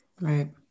Right